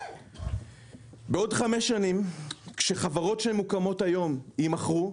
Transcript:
בעוד חמש שנים, כשהחברות שמוקמות היום יימכרו,